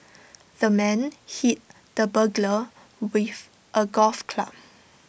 the man hit the burglar with A golf club